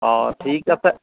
অঁ ঠিক আছে